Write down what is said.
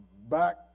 back